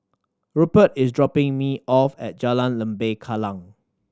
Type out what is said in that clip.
Rupert is dropping me off at Jalan Lembah Kallang